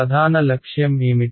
ప్రధాన లక్ష్యం ఏమిటి